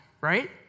right